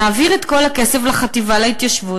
נעביר את כל הכסף לחטיבה להתיישבות,